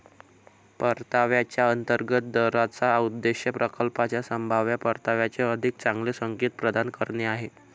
परताव्याच्या अंतर्गत दराचा उद्देश प्रकल्पाच्या संभाव्य परताव्याचे अधिक चांगले संकेत प्रदान करणे आहे